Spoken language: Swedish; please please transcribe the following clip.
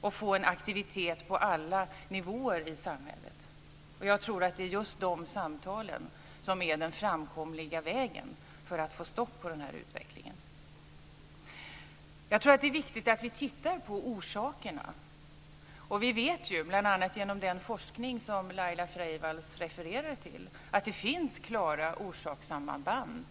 och få en aktivitet på alla nivåer i samhället. Jag tror att det är just de samtalen som är den framkomliga vägen för att få stopp på den här utvecklingen. Jag tror att det är viktigt att vi tittar på orsakerna. Vi vet ju, bl.a. genom den forskning som Laila Freivalds refererar till, att det finns klara orsakssamband.